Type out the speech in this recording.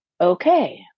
Okay